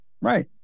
Right